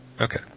Okay